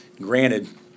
Granted